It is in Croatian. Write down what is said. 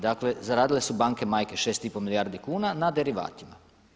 Dakle, zaradile su banke majke 6,5 milijardi kuna na derivatima.